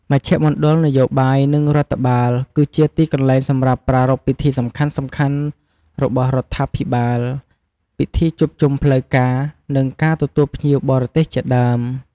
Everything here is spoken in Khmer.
មជ្ឈមណ្ឌលនយោបាយ និងរដ្ឋបាល គឺជាទីកន្លែងសម្រាប់ប្រារព្ធពិធីសំខាន់ៗរបស់រដ្ឋាភិបាល ពិធីជួបជុំផ្លូវការ និងការទទួលភ្ញៀវបរទេសជាដើម។